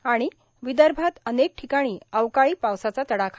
आणि विदर्भात अनेक ठिकाणी अवकाळी पावसाचा तडाखा